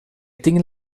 tinc